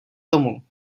tomu